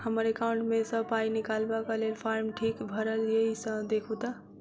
हम्मर एकाउंट मे सऽ पाई निकालबाक लेल फार्म ठीक भरल येई सँ देखू तऽ?